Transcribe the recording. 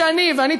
ואני,